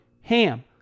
HAM